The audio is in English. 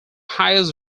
highest